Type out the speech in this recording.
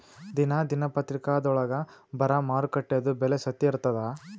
ದಿನಾ ದಿನಪತ್ರಿಕಾದೊಳಾಗ ಬರಾ ಮಾರುಕಟ್ಟೆದು ಬೆಲೆ ಸತ್ಯ ಇರ್ತಾದಾ?